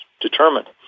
determined